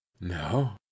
No